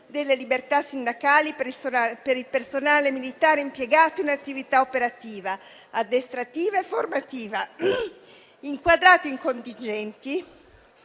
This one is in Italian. Grazie,